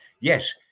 yes